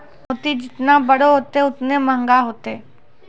मोती जेतना बड़ो होतै, ओतने मंहगा होतै